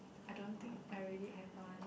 I don't think I really have one